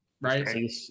right